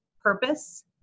purpose